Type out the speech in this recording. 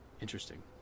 Interesting